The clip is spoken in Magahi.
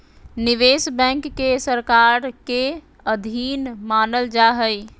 निवेश बैंक के सरकार के अधीन मानल जा हइ